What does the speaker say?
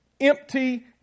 Empty